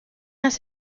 las